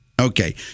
Okay